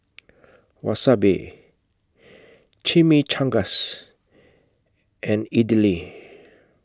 Wasabi Chimichangas and Idili